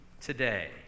today